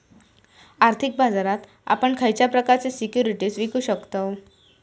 आर्थिक बाजारात आपण खयच्या प्रकारचे सिक्युरिटीज विकु शकतव?